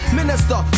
minister